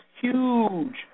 huge